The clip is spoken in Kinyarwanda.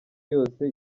yose